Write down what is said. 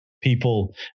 people